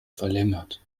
verlängert